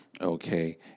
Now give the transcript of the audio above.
Okay